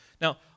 Now